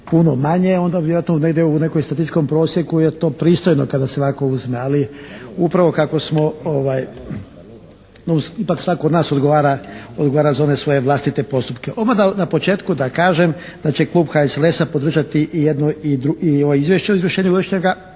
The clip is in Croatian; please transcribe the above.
puno manje, onda vjerojatno negdje u nekom statističkom prosjeku je to pristojno kada se ovako uzme, ali upravo kako smo ipak svatko od nas odgovara za one svoje vlastite postupke. Odmah na početku da kažem da će klub HSLS-a podržati i jedno i ovo izvješće o izvršenju